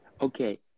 Okay